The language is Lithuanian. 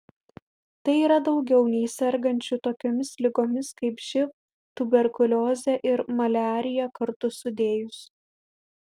tai yra daugiau nei sergančių tokiomis ligomis kaip živ tuberkuliozė ir maliarija kartu sudėjus